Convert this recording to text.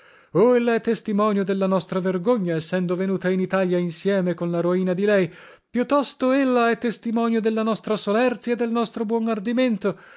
ella è testimonio della nostra vergogna essendo venuta in italia insieme con la roina di lei più tosto ella è testimonio della nostra solerzia e del nostro buono ardimento